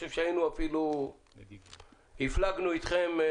חושב שהפלגנו אתכם.